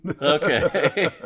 okay